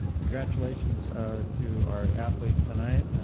congratulations to our athletes tonight,